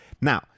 Now